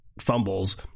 fumbles